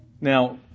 Now